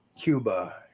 Cuba